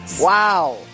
Wow